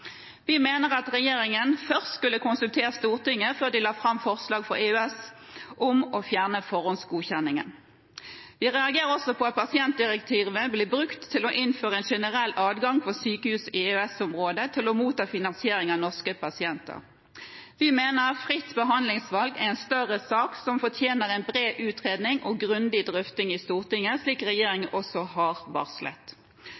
Vi mener at regjeringen skulle konsultert Stortinget før de la fram forslag for EØS om å fjerne forhåndsgodkjenningen. Vi reagerer også på at pasientdirektivet blir brukt til å innføre en generell adgang for sykehus i EØS-området til å motta finansiering av norske pasienter. Vi mener at fritt behandlingsvalg er en større sak, som fortjener en bred utredning og grundig drøfting i Stortinget, slik